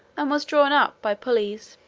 and was drawn up by pulleys.